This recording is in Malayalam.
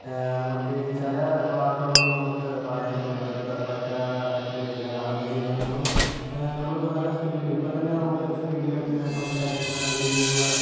നമുക്ക് ചില വാക്കുകളൊന്നും നമുക്ക് പറയാൻ ചിലപ്പോൾ പറ്റതാ പറ്റാ പറ്റിയെന്ന് വരില്ല കാരണം എന്താന്ന് വച്ച് കഴിഞ്ഞാല് നമ്മള് നമ്മളിപ്പം നല്ല സ്പീഡില് ഇപ്പം തന്നെ നമ്മള് സ്പീഡിലൊക്കെ ഇങ്ങനെ സംസാരിക്കുമ്പോൾ നല്ല രീതിയിലുള്ള